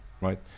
right